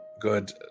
good